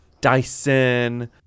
Dyson